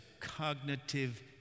cognitive